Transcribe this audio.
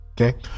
Okay